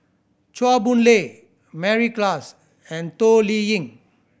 Chua Boon Lay Mary Klass and Toh Liying